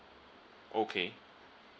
okay